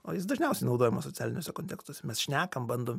o jis dažniausiai naudojamas socialiniuose kontekstuose mes šnekam bandom